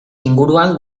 inguruan